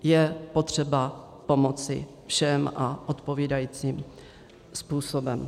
Je potřeba pomoci všem, a odpovídajícím způsobem.